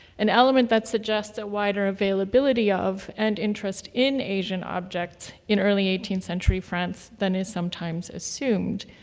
an element that suggests a wider availability of and interest in asian object in early eighteenth century france than is sometimes assumed.